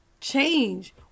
change